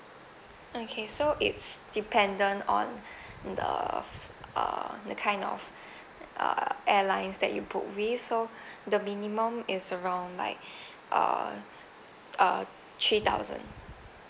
okay so it's dependent on the uh the kind of uh airlines that you book with so the minimum is around like uh uh three thousand